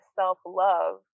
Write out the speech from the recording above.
self-love